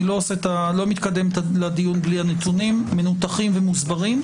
אני לא מתקדם לדיון בלי הנתונים מנותחים ומוסברים.